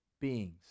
beings